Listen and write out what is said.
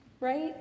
Right